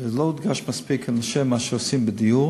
וזה לא הודגש מספיק, על מה שעושים בדיור.